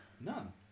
None